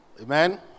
Amen